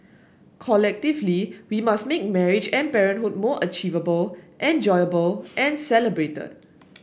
collectively we must make marriage and parenthood more achievable enjoyable and celebrated